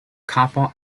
kappa